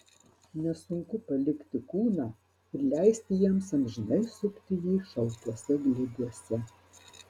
nesunku palikti kūną ir leisti jiems amžinai supti jį šaltuose glėbiuose